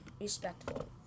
respectful